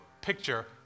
picture